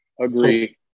Agree